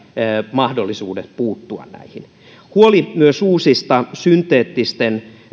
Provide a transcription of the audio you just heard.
mahdollisuudet puuttua näihin huoli myös uusien synteettisten